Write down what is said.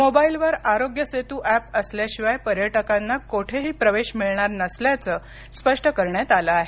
मोबाईलवर आरोग्य सेतू एप असल्याशिवाय पर्यटकांना कोठेही प्रवेश मिळणार नसल्याचं स्पष्ट करण्यात आलं आहे